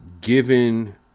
given